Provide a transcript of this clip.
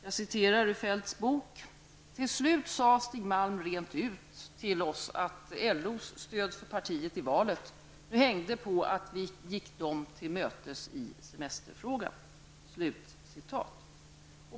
Jag citerar ur boken: ''Till slut sade Stig Malm rent ut till oss att LO:s stöd för partiet i valet nu hängde på att vi gick dem till mötes i semsterfrågan.''